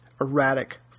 erratic